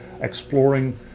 exploring